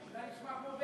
אתה נשמע כמו בנט,